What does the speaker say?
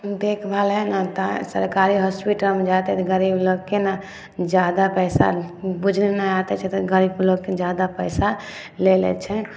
देखभाल हइ ने तऽ सरकारी हॉस्पिटलमे जादातर गरीब लोक के ने जादा पैसा बुझू नहि गरीब लोकके जादा पैसा ले लै छै